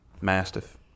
Mastiff